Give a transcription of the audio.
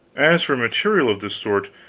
as for material of this sort,